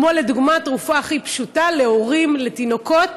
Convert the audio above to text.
כמו תרופה הכי פשוטה להורים לתינוקות